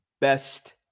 best